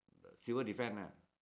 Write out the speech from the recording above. the civil defend ah